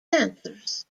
dancers